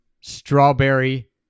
Strawberry